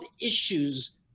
issues